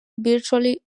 virtually